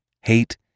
Hate